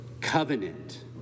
covenant